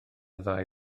ddau